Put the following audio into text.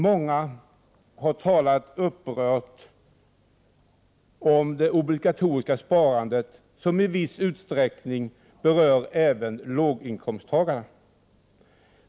Många har talat upprört om det obligatoriska sparande som i viss utsträckning berör även låginkomsttagarna.